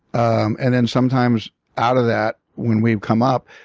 um and then sometimes out of that, when we've come up,